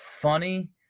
funny